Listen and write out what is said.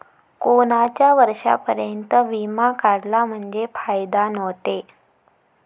कोनच्या वर्षापर्यंत बिमा काढला म्हंजे फायदा व्हते?